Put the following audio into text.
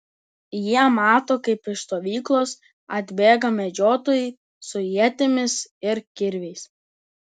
jie mato kaip iš stovyklos atbėga medžiotojai su ietimis ir kirviais